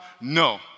No